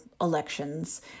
elections